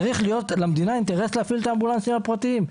צריך להיות למדינה אינטרס להפעיל את האמבולנסים הפרטיים.